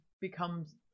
becomes